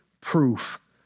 proof